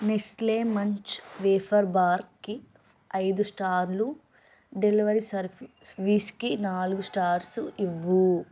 Nestle Munch wafer బార్కి ఐదు స్టార్లు డెలివరీ సర్వీస్కి నాలుగు స్టార్స్ ఇవ్వు